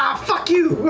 fuck you!